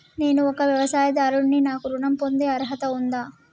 నేను ఒక వ్యవసాయదారుడిని నాకు ఋణం పొందే అర్హత ఉందా?